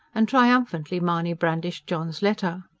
and triumphantly mahony brandished john's letter.